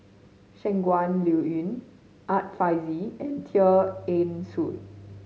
Shangguan Liuyun Art Fazil and Tear Ee Soon